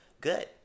Good